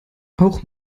auch